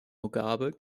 mugabe